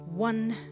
One